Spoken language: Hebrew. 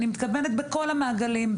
אני מתכוונת בכל המעגלים.